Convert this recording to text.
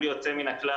בלי יוצא מן הכלל,